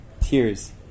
tears